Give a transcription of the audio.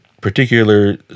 particular